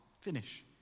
Finish